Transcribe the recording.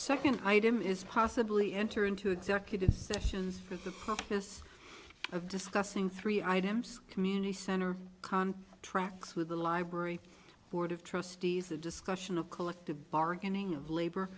second item is possibly enter into executive sessions for the purpose of discussing three items community center con tracks with the library board of trustees the discussion of collective bargaining of labor